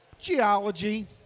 Geology